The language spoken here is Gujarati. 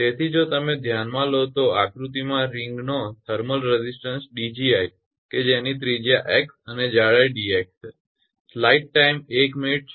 તેથી જો તમે ધ્યાનમાં લો તો આકૃતિમાં રિંગ ગોળાકાર નો થર્મલ રેઝિસ્ટન્સ 𝑑𝐺𝑖 કે જેની ત્રિજ્યા x અને જાડાઈ dx છે